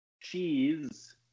cheese